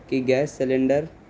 کہ gas cylinder